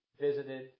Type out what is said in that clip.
visited